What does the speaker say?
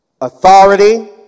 authority